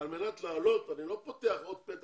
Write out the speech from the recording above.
אני לא פותח פתח